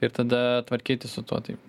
ir tada tvarkytis su tuo taip